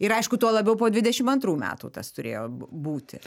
ir aišku tuo labiau po dvidešim antrų metų tas turėjo būti